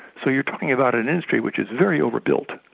so you're talking about an industry which is very over-built.